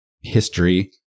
history